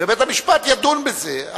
ובית-המשפט ידון בזה.